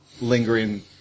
lingering